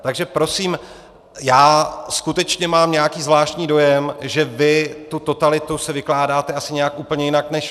Takže prosím, já skutečně mám nějaký zvláštní dojem, že vy tu totalitu si vykládáte asi nějak úplně jinak než my.